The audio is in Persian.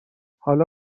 حالا